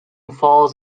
falls